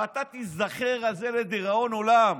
ואתה תיזכר על זה לדיראון עולם,